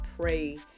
pray